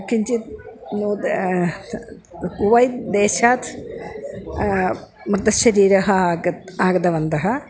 किञ्चित् नूत कुवैत्देशात् मृतशरीरः आगतः आगतवन्तः